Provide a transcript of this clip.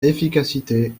efficacité